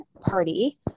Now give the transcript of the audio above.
party